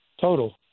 total